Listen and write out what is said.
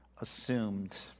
assumed